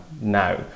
now